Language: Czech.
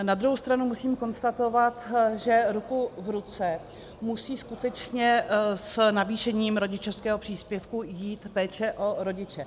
Na druhou stranu musím konstatovat, že ruku v ruce musí skutečně s navýšením rodičovského příspěvku jít péče o rodiče.